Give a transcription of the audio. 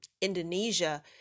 Indonesia